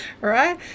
right